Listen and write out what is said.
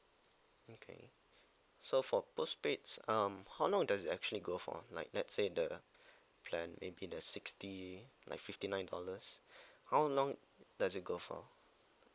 okay so for postpaid um how long does it actually go for like let's say the plan maybe the sixty like fifty nine dollars how long does it go for